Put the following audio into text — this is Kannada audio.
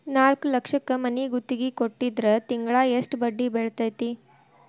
ನಾಲ್ಕ್ ಲಕ್ಷಕ್ ಮನಿ ಗುತ್ತಿಗಿ ಕೊಟ್ಟಿದ್ರ ತಿಂಗ್ಳಾ ಯೆಸ್ಟ್ ಬಡ್ದಿ ಬೇಳ್ತೆತಿ?